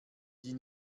die